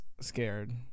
scared